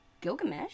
Gilgamesh